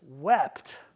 wept